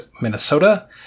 Minnesota